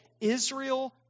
Israel